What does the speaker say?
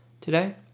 Today